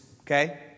okay